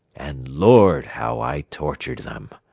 and lord how i tortured them!